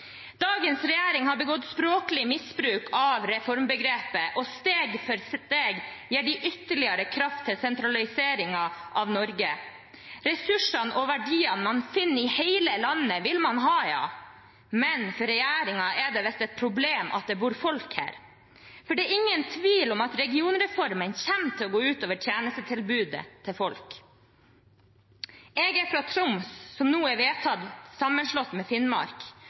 Dagens regjering har begått språklig misbruk av reformbegrepet, og steg for steg gir de ytterligere kraft til sentraliseringen av Norge. Ressursene og verdiene man finner i hele landet, vil man ha, men for regjeringen er det visst et problem at det bor folk her. For det er ingen tvil om at regionreformen kommer til å gå ut over tjenestetilbudet til folk. Jeg er fra Troms, som nå er vedtatt sammenslått med Finnmark,